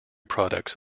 products